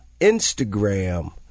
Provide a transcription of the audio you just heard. Instagram